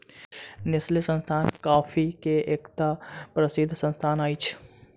Nestle संस्थान coffee के एकटा प्रसिद्ध संस्थान अछि